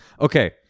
Okay